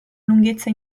lunghezza